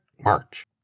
March